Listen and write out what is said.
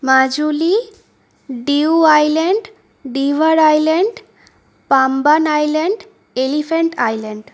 Majuli view island Divar island Pamban island elephant island